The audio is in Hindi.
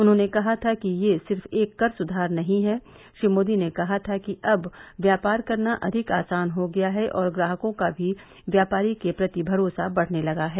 उन्होंने कहा था यह सिर्फ एक कर सुधार नहीं है श्री मोदी ने कहा था कि अब व्यापार करना अधिक आसान हो गया है और ग्राहकों का भी व्यापारी के प्रति भरोसा बढ़ने लगा है